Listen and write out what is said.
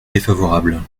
défavorable